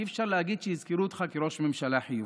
כי אי-אפשר להגיד שיזכרו אותך כראש ממשלה חיובי.